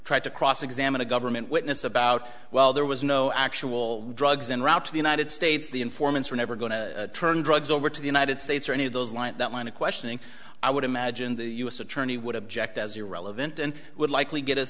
tried to cross examine a government witness about well there was no actual drugs in route to the united states the informants were never going to turn drugs over to the united states or any of those like that line of questioning i would imagine the u s attorney would object as irrelevant and would likely get